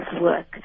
work